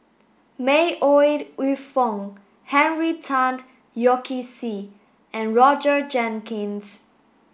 May Ooi Yu Fen Henry Tan Yoke See and Roger Jenkins